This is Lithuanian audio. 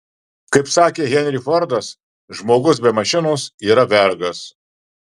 kaip sakė henry fordas žmogus be mašinos yra vergas